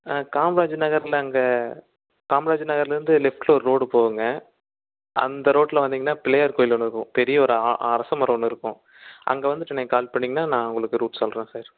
ஆ காமராஜ் நகரில் அங்கே காமராஜ் நகர்லேருந்து லெஃப்ட்டில் ஒரு ரோடு போகுங்க அந்த ரோட்டில் வந்தீங்கன்னால் பிள்ளையார் கோயில் ஒன்று இருக்கும் பெரிய ஒரு ஆ அரசமரம் ஒன்று இருக்கும் அங்கே வந்துட்டு நீங்கள் கால் பண்ணீங்கன்னால் நான் உங்களுக்கு ரூட் சொல்கிறேன் சார்